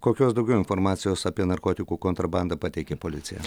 kokios daugiau informacijos apie narkotikų kontrabandą pateikė policija